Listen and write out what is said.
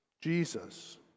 Jesus